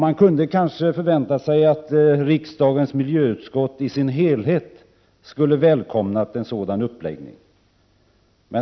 Man kunde kanske ha förväntat sig att riksdagens ”miljöutskott” i sin helhet skulle ha välkomnat en sådan uppläggning.